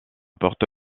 porte